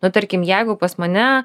nuo tarkim jeigu pas mane